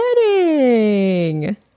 wedding